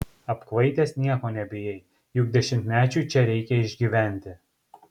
apkvaitęs nieko nebijai juk dešimtmečiui čia reikia išgyventi